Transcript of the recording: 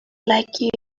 like